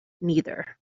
neither